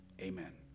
amen